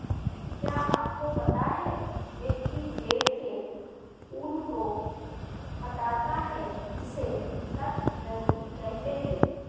क्या आपको पता है व्यक्ति भेड़ के ऊन को हटाता है उसे कतरनी कहते है?